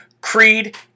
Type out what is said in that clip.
creed